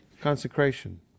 Consecration